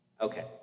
Okay